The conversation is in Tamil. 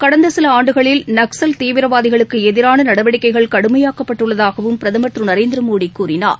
கடந்தசிலஆண்டுகளில் நக்சல் தீவிரவாதிகளுக்குஎதிரானநடவடிக்கைகள் கடுமையாக்கப்பட்டுள்ளதாகவும் பிரதமர் திருநரேந்திரமோடிகூறினார்